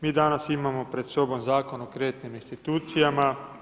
Mi danas imamo pred sobom Zakon o kreditnim institucijama.